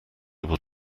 able